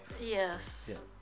yes